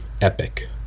Epic